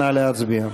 נא להצביע.